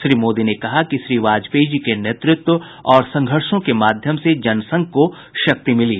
श्री मोदी ने कहा कि श्री वाजपेयी जी के नेतृत्व और संघर्षो के माध्यम से जनसंघ को शक्ति मिली